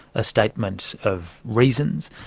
a statement of reasons,